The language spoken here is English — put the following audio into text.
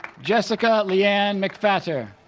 jessica leann mcphatter